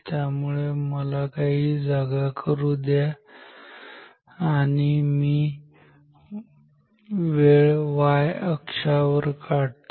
त्यामुळे मला काही जागा करू द्या आणि आता मी वेळ y अक्षावर काढतो